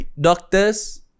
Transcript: doctors